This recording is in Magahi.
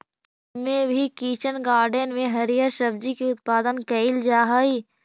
घर में भी किचन गार्डन में हरिअर सब्जी के उत्पादन कैइल जा हई